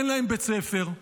אין להם בית ספר,